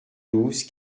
douze